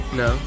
no